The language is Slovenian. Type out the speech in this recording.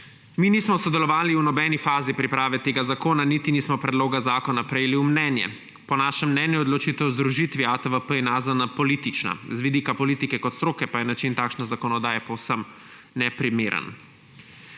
»Mi nismo sodelovali v nobenih fazi priprave tega zakona, niti nismo predloga zakona prejeli v mnenje. Po našem mnenju je odločitev o združitvi ATVP in AZN politična. Z vidika politike kot stroke pa je način takšne zakonodaje povsem neprimeren.«